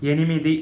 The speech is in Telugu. ఎనిమిది